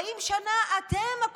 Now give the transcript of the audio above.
40 שנה אתם ממנים אותם.